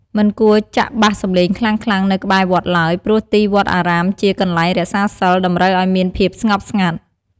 មិនគួរចាក់បាសសំឡេងខ្លាំងៗនៅក្បែរវត្តឡើយ ព្រោះទីវត្តអារាមជាកន្លែងរក្សាសីល តម្រូវឲ្យមានភាពស្ងប់ស្ងាត់។